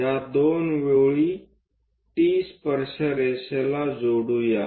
या 2 ओळी T स्पर्श रेषेला जोडूया